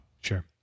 Sure